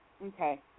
Okay